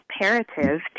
imperative